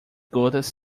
gotas